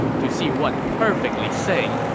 to see what perfectly sane,